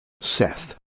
Seth